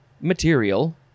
material